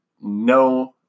no